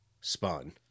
Spun